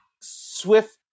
swift